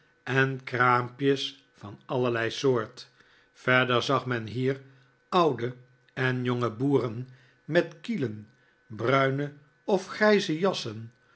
en kraampjes van allerlei soort verder zag men hier oude en jonge boeren met kielen bruine of grijze jassen